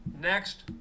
Next